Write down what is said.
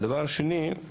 הדבר השני,